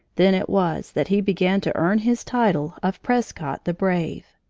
then it was that he began to earn his title of prescott, the brave.